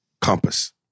compass